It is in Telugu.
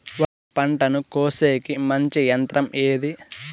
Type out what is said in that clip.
వరి పంటను కోసేకి మంచి యంత్రం ఏది?